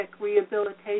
rehabilitation